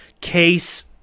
case